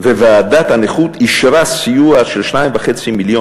וועדת הנכות אישרה סיוע של 2.5 מיליון